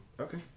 Okay